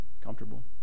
comfortable